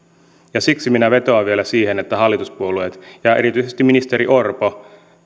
siksi minä vetoan vielä siihen että hallituspuolueet ja erityisesti ministeri orpo